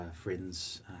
friends